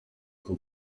kuko